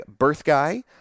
birthguy